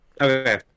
Okay